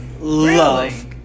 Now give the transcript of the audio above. love